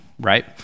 right